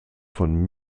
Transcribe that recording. von